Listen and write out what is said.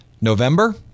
November